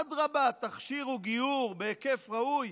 אדרבה, תכשירו גיור בהיקף ראוי